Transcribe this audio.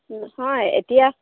নহয় এতিয়া